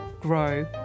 grow